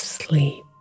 sleep